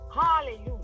hallelujah